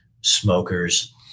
smokers